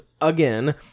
again